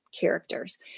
characters